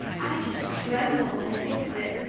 i just tremble when i think of it,